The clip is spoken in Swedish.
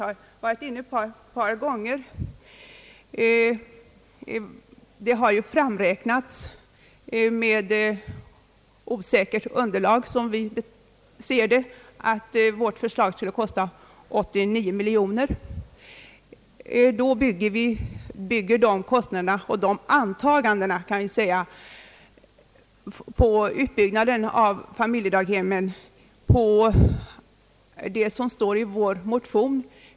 Man har — som vi ser det med osäkert underlag — räknat ut att vårt förslag om en utbyggnad av familjedaghemmen skulle kosta 89 miljoner kronor. Det är att märka att detta belopp har räknats fram på antaganden om de utbyggda familjedaghemmen, som vi i dag vet så litet om, det är här alltså fråga om ett antagande.